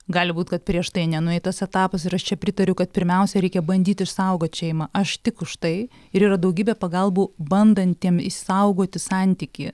gali būt kad prieš tai nenueitas etapas ir aš čia pritariu kad pirmiausia reikia bandyt išsaugot šeimą aš tik už tai ir yra daugybė pagalbų bandantiem išsaugoti santykį